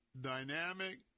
dynamic